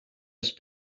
ist